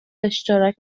اشتراک